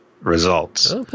results